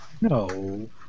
No